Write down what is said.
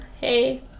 hey